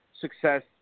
success